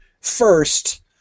first